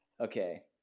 Okay